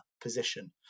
position